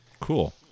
cool